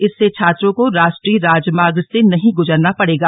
इससे छात्रों को राष्ट्रीय राजमार्ग से नहीं गुजरना पड़ेगा